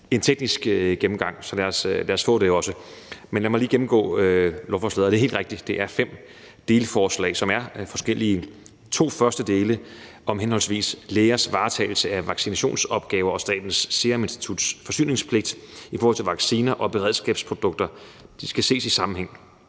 en teknisk gennemgang, så lad os få det også. Men lad mig lige gennemgå lovforslaget. Det er helt rigtigt, at det er fem delforslag, som er forskellige. De to første dele er om henholdsvis lægers varetagelse af vaccinationsopgaver og Statens Serum Instituts forsyningspligt i forhold til vacciner og beredskabsprodukter. De skal ses i sammenhæng,